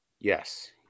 Yes